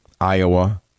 Iowa